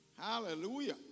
Hallelujah